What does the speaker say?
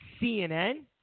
CNN